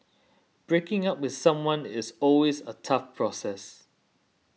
breaking up with someone is always a tough process